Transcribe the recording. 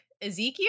Ezekiel